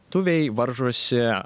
tuviai varžosi